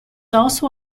also